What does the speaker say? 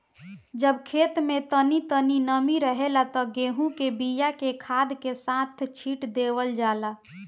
जब खेत में तनी तनी नमी रहेला त गेहू के बिया के खाद के साथ छिट देवल जाला